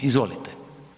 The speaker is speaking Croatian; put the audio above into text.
Izvolite.